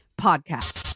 Podcast